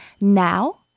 Now